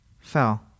fell